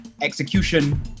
Execution